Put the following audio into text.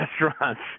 restaurants